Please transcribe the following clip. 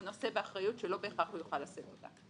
הוא נושא באחריות שלא בהכרח הוא יוכל לשאת אותה.